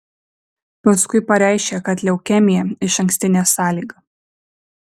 paskui pareiškė kad leukemija išankstinė sąlyga